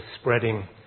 spreading